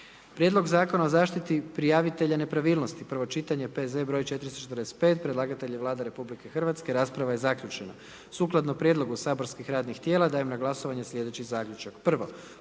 Prijedlog Zakona o vinu, prvo čitanje P.Z.E. broj 430. Predlagatelj je Vlada RH, rasprava je zaključena. Sukladno prijedlogu saborskih radnih tijela, dajem na glasovanje slijedeći zaključak.